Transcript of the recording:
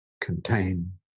contain